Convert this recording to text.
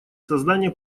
создания